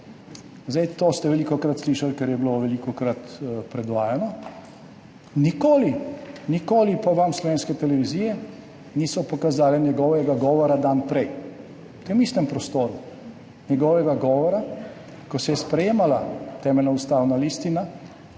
dan. To ste velikokrat slišali, ker je bilo velikokrat predvajano, nikoli pa vam slovenske televizije niso pokazale njegovega govora dan prej v tem istem prostoru, njegovega govora, ko se je sprejemala Temeljna ustavna listina